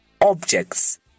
objects